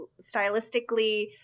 stylistically